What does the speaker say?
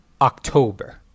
October